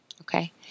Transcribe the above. okay